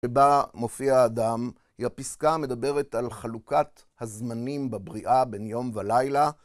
ובה מופיע אדם, היא הפסקה מדברת על חלוקת הזמנים בבריאה בין יום ולילה